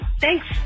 Thanks